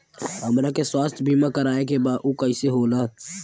हमरा के स्वास्थ्य बीमा कराए के बा उ कईसे होला?